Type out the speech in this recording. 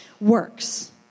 works